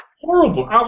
Horrible